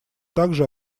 также